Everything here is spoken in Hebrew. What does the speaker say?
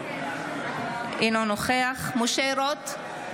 אינו נוכח משה רוט,